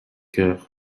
coeur